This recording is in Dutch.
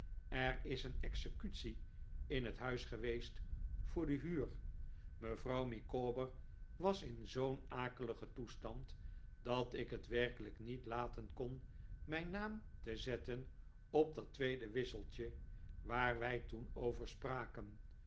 er is een executie in het huis geweest voor de huur mevrouw micawber was in zoo'n akeligen toestand dat ik het werkelijk niet laten kon mijn naam te zetten op dat tweede wisseltje waar wij toen over spraken